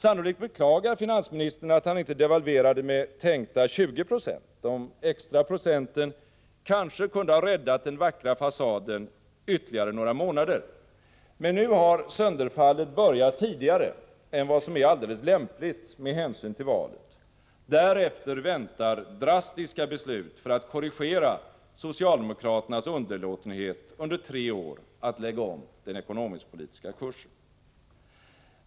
Sannolikt beklagar finansministern att han inte devalverade med tänkta 20 20. De extra procenten kanske kunde ha räddat den vackra fasaden ytterligare några månader. Men nu har sönderfallet börjat tidigare än vad som är alldeles lämpligt med hänsyn till valet. Därefter väntar drastiska beslut för att korrigera socialdemokraternas underlåtenhet under tre år att lägga om den ekonomisk-politiska kursen.